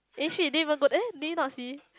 eh shit didn't even go there did you not see